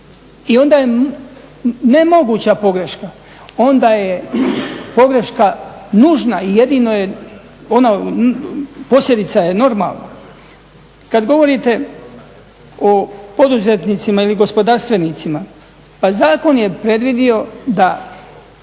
i onda je ne moguća pogreška, onda je pogreška nužna i jedino je ona posljedica je normalno. Kad govorite o poduzetnicima ili gospodarstvenicima pa zakon je predvidio da